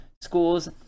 schools